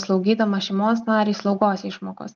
slaugydamas šeimos narį slaugos išmokos